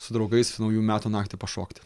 su draugais naujų metų naktį pašokti